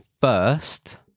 first